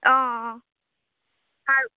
অঁ অঁ আৰু